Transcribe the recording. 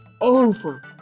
over